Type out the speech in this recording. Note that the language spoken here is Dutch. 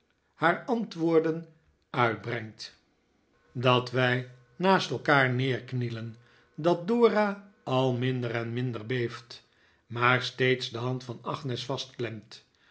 haar antwoorden uitbrengt dat wij naast elkaar neerknielen dat dora al minder en minder beeft maar steeds de hand van agnes